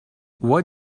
what